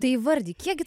tai įvardyk kiekgi